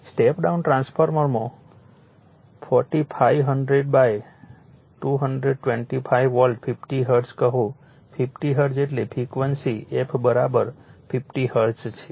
step down ટ્રાન્સફોર્મરમાં 4500225 voltage 50 hertz કહો 50 hertz એટલે ફ્રિક્વન્સી f 50 હર્ટ્ઝ છે